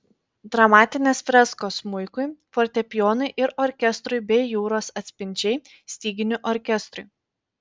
dramatinės freskos smuikui fortepijonui ir orkestrui bei jūros atspindžiai styginių orkestrui